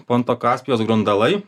ponto kaspijos grundalai